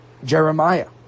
Jeremiah